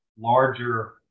larger